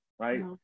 right